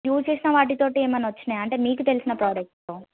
use చేసిన వాటితోటి ఏమైనా వచ్చాయా అంటే నీకు తెలిసి ప్రోడక్ట్తో